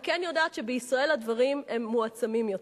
אני כן יודעת שבישראל הדברים מועצמים יותר.